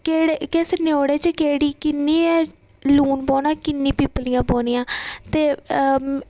के किस न्यौड़े च केह्ड़ी कि'न्ना लून पौना कि'न्नी पीपलियां पौनियां